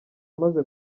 amaze